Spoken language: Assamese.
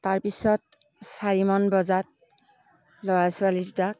তাৰপিছত চাৰিমান বজাত ল'ৰা ছোৱালী দুটাক